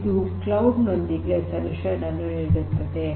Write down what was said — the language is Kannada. ಇದು ಕ್ಲೌಡ್ ನೊಂದಿಗೆ ಸೊಲ್ಯೂಷನ್ ಅನ್ನು ನೀಡುತ್ತದೆ